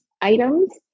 items